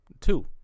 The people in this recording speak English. Two